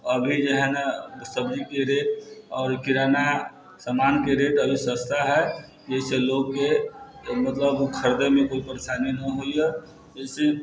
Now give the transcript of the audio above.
अभी जे हइ ने सब्जीके रेट आओर किराना सामानके रेट अभी सस्ता हइ जाहिसँ लोकके मतलब खरीदैमे कोइ परेशानी नहि होइए एहिसँ